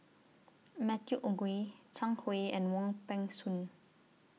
Matthew Ngui Zhang Hui and Wong Peng Soon